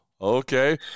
Okay